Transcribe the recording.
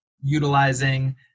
utilizing